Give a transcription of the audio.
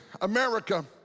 America